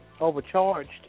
overcharged